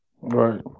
Right